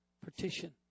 partition